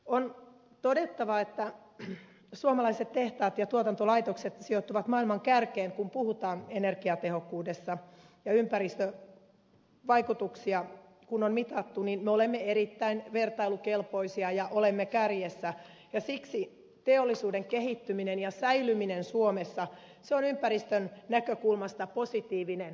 on todettava että suomalaiset tehtaat ja tuotantolaitokset sijoittuvat maailman kärkeen kun puhutaan energiatehokkuudesta ja kun ympäristövaikutuksia on mitattu niin me olemme erittäin vertailukelpoisia ja olemme kärjessä ja siksi teollisuuden kehittyminen ja säilyminen suomessa on ympäristön näkökulmasta positiivinen asia